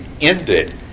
ended